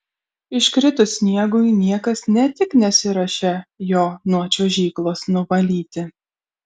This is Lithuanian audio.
iškritus sniegui niekas ne tik nesiruošia jo nuo čiuožyklos nuvalyti